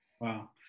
wow